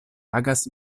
agas